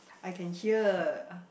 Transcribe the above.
I can hear